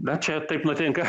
na čia taip nutinka